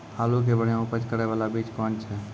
आलू के बढ़िया उपज करे बाला बीज कौन छ?